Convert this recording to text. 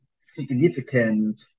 significant